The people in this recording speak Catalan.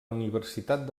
universitat